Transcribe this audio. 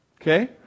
Okay